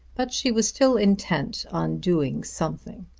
but she was still intent on doing something.